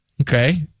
Okay